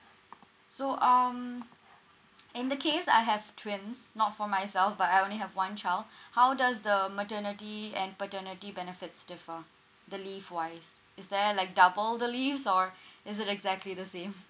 so um in the case I have twins not for myself but I only have one child how does the maternity and paternity benefits differ the leave wise is there like double the leaves or is it exactly the same